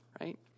right